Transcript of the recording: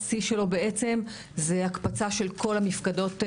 השיא שלו בעצם זה הקפצה של כל המפקדות המשימתיות,